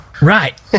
Right